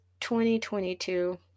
2022